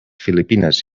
filipines